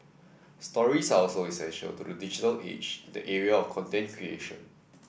stories are also essential to the digital age in the area of content creation